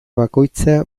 bakoitza